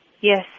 yes